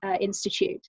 Institute